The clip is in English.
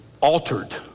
altered